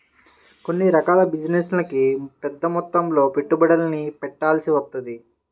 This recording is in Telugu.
కొన్ని రకాల బిజినెస్లకి పెద్దమొత్తంలో పెట్టుబడుల్ని పెట్టాల్సి వత్తది